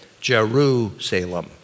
Jerusalem